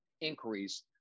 inquiries